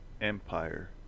Empire